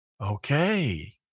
Okay